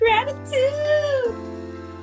Gratitude